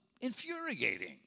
infuriating